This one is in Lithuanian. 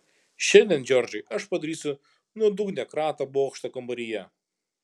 šiandien džordžai aš padarysiu nuodugnią kratą bokšto kambaryje